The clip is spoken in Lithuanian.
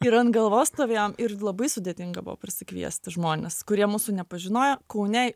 ir ant galvos stovėjom ir labai sudėtinga buvo prisikviesti žmones kurie mūsų nepažinojo kaune